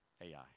AI